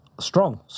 Strong